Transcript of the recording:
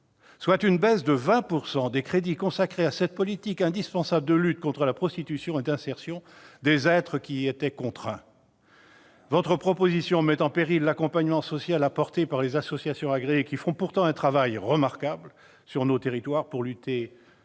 soit une baisse de 20 % des crédits consacrés à cette politique indispensable de lutte contre la prostitution et d'insertion des êtres qui y étaient contraints. Votre proposition met en péril l'accompagnement social apporté par les associations agréées, qui font pourtant un travail remarquable sur nos territoires pour lutter contre